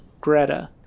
greta